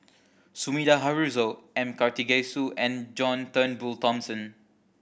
Sumida Haruzo M Karthigesu and John Turnbull Thomson